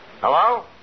Hello